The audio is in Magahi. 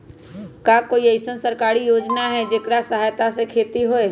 का कोई अईसन सरकारी योजना है जेकरा सहायता से खेती होय?